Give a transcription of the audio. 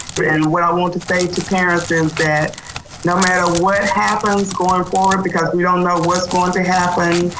and what i want to say to parents is that no matter what happens going forward, because we don't know what's goin' to happen,